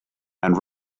and